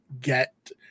get